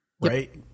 Right